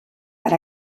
per